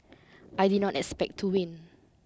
I did not expect to win